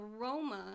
aroma